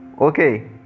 Okay